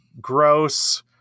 gross